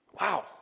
Wow